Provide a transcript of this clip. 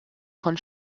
von